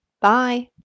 bye